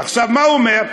עכשיו מה הוא אומר?